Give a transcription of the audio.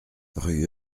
rue